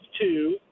two